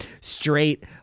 straight